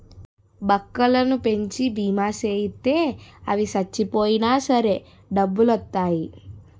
బక్కలను పెంచి బీమా సేయిత్తే అవి సచ్చిపోయినా సరే డబ్బులొత్తాయి